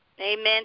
Amen